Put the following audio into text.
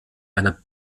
einer